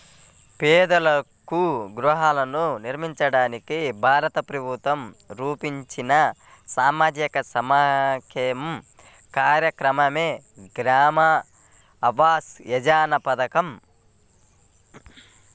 పేదలకు గృహాలను నిర్మించడానికి భారత ప్రభుత్వం రూపొందించిన సామాజిక సంక్షేమ కార్యక్రమమే గ్రామీణ ఆవాస్ యోజన పథకం